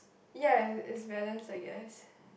ya is is balance I guess